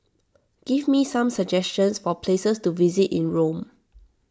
give me some suggestions for places to visit in Rome